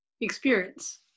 experience